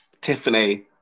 Tiffany